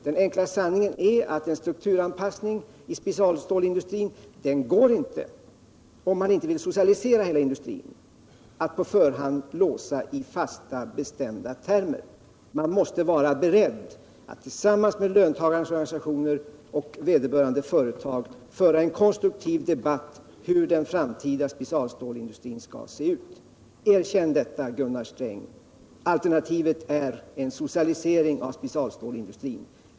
Den enkla sanningen är att en strukturanpassning av specialstålindustrin inte går — om man inte vill socialisera hela industrin — att på förhand låsa i fasta bestämda termer. Man måste vara beredd att tillsammans med löntagarorganisationerna och vederbörande företag föra en konstruktiv debatt om hur den framtida specialstålindustrin skall se ut. Erkänn, Gunnar Sträng, att alternativet är en socialisering av specialstålindustrin!